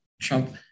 Trump